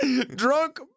Drunk